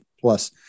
plus